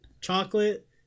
chocolate